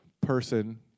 person